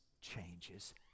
changes